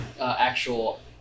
actual